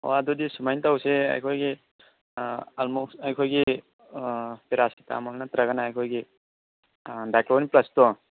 ꯑꯣ ꯑꯗꯨꯗꯤ ꯁꯨꯃꯥꯏꯅ ꯇꯧꯁꯦ ꯑꯩꯈꯣꯏꯒꯤ ꯑꯜꯃꯣꯛ꯭ꯁ ꯑꯩꯈꯣꯏꯒꯤ ꯄꯦꯔꯥꯁꯤꯇꯃꯣꯜ ꯅꯠꯇ꯭ꯔꯒꯅ ꯑꯩꯈꯣꯏꯒꯤ ꯗꯥꯏꯀ꯭ꯂꯣꯓꯦꯟ ꯄ꯭ꯂꯁꯇꯣ